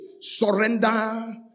surrender